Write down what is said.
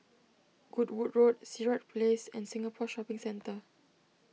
Goodwood Road Sirat Place and Singapore Shopping Centre